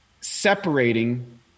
separating